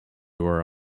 were